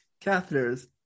catheters